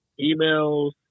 Emails